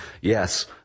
yes